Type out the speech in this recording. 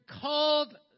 called